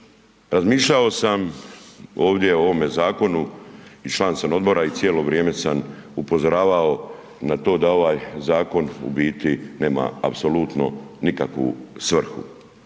Razmišljao sam ovdje o ovome zakonu i član sam odbora i cijelo vrijeme sam upozoravao na to da ovaj zakon u biti nema apsolutno nikakvu svrhu.